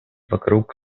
вокруг